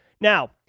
Now